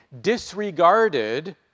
disregarded